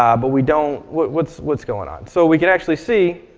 um but we don't what's what's going on? so we can actually see,